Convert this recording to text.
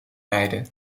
lijden